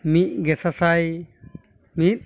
ᱢᱤᱫ ᱜᱮᱥᱟ ᱥᱟᱭ ᱢᱤᱫ